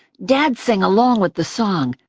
dad sang along with the song